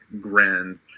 grand